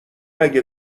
اگه